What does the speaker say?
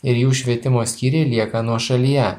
ir jų švietimo skyriai lieka nuošalyje